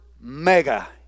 mega